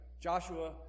Joshua